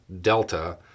delta